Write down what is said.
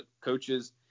coaches